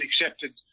accepted